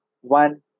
One